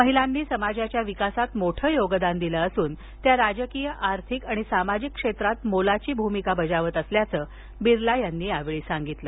महिलांनी समाजाच्या विकासात मोठं योगदान दिलं असून त्या राजकीय आर्थिक आणि सामाजिक क्षेत्रात मोलाची भूमिका बजावत असल्याचं बिर्ला यांनी यावेळी सांगितलं